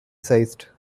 sized